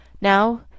Now